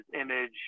image